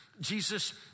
Jesus